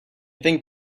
think